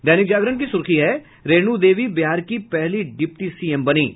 दैनिक जागरण का सुर्खी है रेणु देवी बिहार की पहली महिला डिप्टी सीएम बनीं